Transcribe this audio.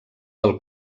del